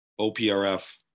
OPRF